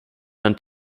herrn